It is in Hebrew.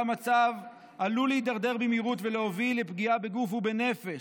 המצב עלול להידרדר במהירות ולהוביל לפגיעה בגוף ובנפש.